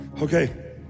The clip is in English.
okay